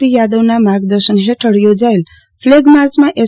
પી યાદવ નાં માર્ગદર્શન ફેઠળ યોજાયેલ ફલેગ માર્ચમાં એસ